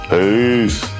Peace